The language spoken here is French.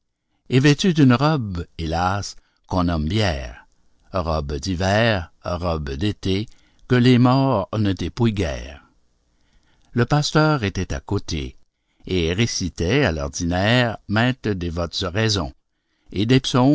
vêtu d'une robe hélas qu'on nomme bière robe d'hiver robe d'été que les morts ne dépouillent guère le pasteur était à côté et récitait à l'ordinaire maintes dévotes oraisons et